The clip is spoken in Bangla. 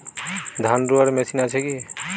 ধান রোয়ার মেশিন আছে কি?